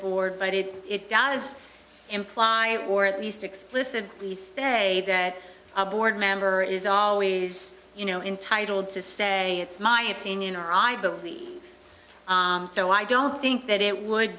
board but if it does imply or at least explicitly say that a board member is always you know intitled to say it's my opinion i believe so i don't think that it would